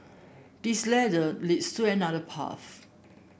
this ladder leads to another path